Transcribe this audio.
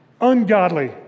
Ungodly